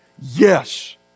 yes